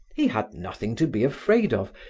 he had nothing to be afraid of,